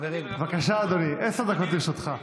בבקשה, אדוני, עשר דקות לרשותך.